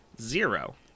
zero